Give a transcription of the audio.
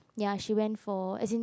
ya she went for I think